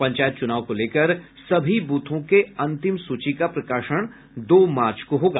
पंचायत चुनाव को लेकर सभी बूथों के अंतिम सूची का प्रकाशन दो मार्च को होगा